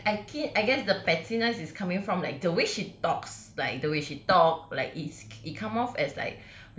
like it I guess the pettiness is coming from like the way she talks like the way she talk like it's it comes off as like